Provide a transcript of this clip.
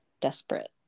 desperate